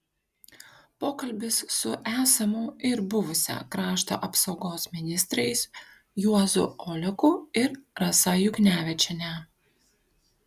pokalbis su esamu ir buvusia krašto apsaugos ministrais juozu oleku ir rasa juknevičiene